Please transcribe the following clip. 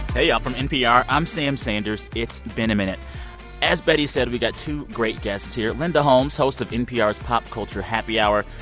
hey, y'all. from npr, i'm sam sanders. it's been a minute as betty said, we've got two great guests here linda holmes, host of npr's pop culture happy hour,